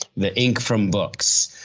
the ink from books,